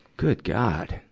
good god!